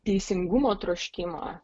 teisingumo troškimą